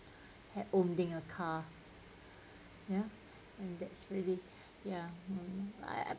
at owning a car ya and that's really ya I